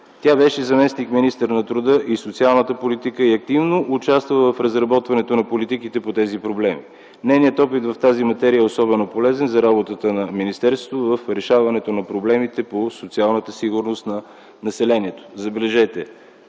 тя беше заместник-министър на труда и социалната политика и активно участва в разработването на политиките по тези проблеми, нейният опит в тази материя е особено полезен за работата на министерството в решаването на проблемите по социалната сигурност на населението. Забележете,